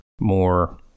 more